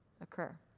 occur